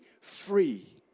free